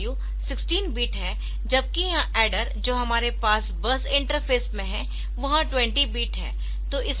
यह ALU 16 bit है जबकि यह ऐडर जो हमारे पास बस इंटरफ़ेस में है वह 20 बिट है